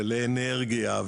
ולאנרגיה,